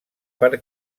per